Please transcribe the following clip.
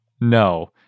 No